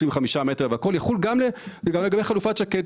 25 מטרים וכולי יחול גם על חלופת שקד.